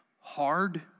Hard